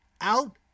out